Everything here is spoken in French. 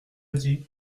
dit